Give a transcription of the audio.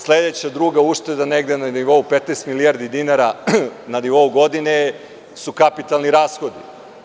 Sledeća druga ušteda je negde na nivou 15 milijardi dinara, na nivou godine su kapitalni rashodi.